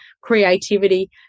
creativity